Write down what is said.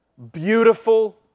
beautiful